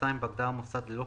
(2) בהגדרה "מוסד ללא